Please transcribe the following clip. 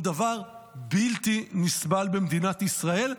הוא דבר בלתי נסבל במדינת ישראל,